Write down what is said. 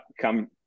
come